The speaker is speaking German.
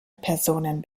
personen